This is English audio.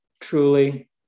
Truly